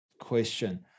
question